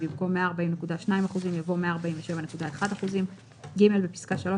במקום "140.2%" יבוא "147.1%"; בפסקה (3),